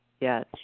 Yes